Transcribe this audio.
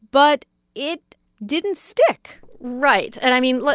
but it didn't stick right. and i mean,